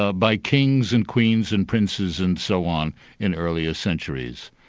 ah by kings and queens and princes and so on in earlier centuries.